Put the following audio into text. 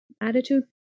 attitude